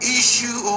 issue